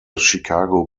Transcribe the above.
chicago